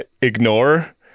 ignore